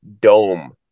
dome